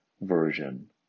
version